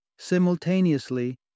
Simultaneously